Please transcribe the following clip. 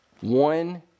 one